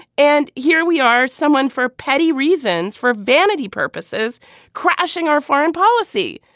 and here we are someone for petty reasons for vanity purposes crashing our foreign policy.